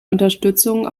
unterstützung